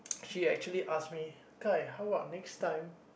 she actually ask me Kai how about next time